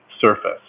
surface